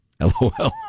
LOL